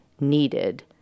needed